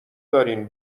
دارین